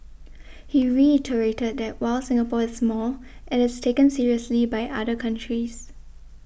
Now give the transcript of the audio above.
he reiterated that while Singapore is small it is taken seriously by other countries